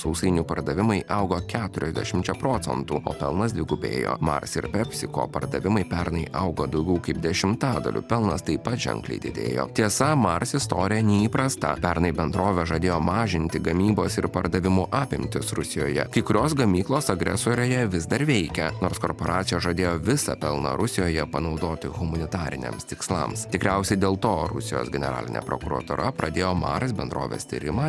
sausainių pardavimai augo keturiasdešimčia procentų o pelnas dvigubėjo mars ir pepsico pardavimai pernai augo daugiau kaip dešimtadaliu pelnas taip pat ženkliai didėjo tiesa mars istorija neįprasta pernai bendrovė žadėjo mažinti gamybos ir pardavimų apimtis rusijoje kai kurios gamyklos agresorėje vis dar veikia nors korporacijos žadėjo visą pelną rusijoje panaudoti humanitariniams tikslams tikriausiai dėl to rusijos generalinė prokuratūra pradėjo mars bendrovės tyrimą